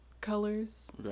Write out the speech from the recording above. colors